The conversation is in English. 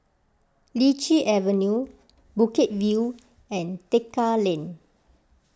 Lichi Avenue Bukit View and Tekka Lane